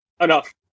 enough